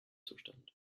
zustand